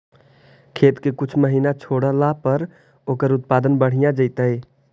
खेत के कुछ महिना छोड़ला पर ओकर उत्पादन बढ़िया जैतइ?